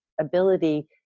ability